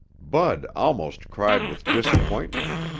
bud almost cried with disappointment,